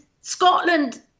Scotland